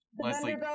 Leslie